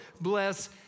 Bless